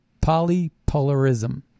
polypolarism